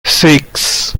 six